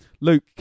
Luke